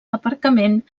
aparcament